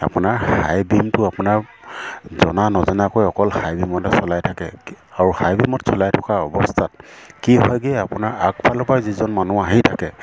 আপোনাৰ হাই বিমটো আপোনাৰ জনা নজনাকৈ অকল হাই বিমতে চলাই থাকে আৰু হাই বিমত চলাই থকা অৱস্থাত কি হয়গৈ আপোনাৰ আগফালৰ পৰা যিজন মানুহ আহি থাকে